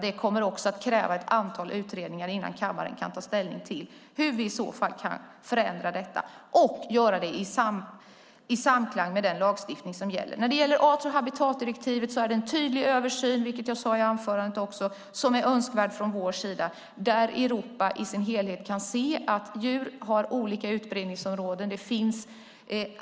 Det kommer att krävas ett antal utredningar innan kammaren kan ta ställning till hur vi kan förändra det i samklang med gällande lagstiftning. När det gäller art och habitatdirektivet är det, som jag sade i mitt anförande, önskvärt med en tydlig översyn så att Europa kan se att djur har olika utbredningsområden.